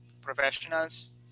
professionals